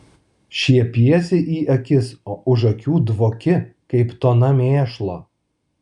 šiepiesi į akis o už akių dvoki kaip tona mėšlo